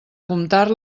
comptar